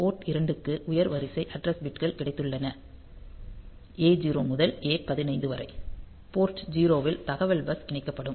board 2 க்கு உயர் வரிசை அட்ராஸ் பிட்கள் கிடைத்துள்ளன A0 முதல் A 15 வரை போர்ட் 0 ல் தகவல் பஸ் இணைக்கப்படும்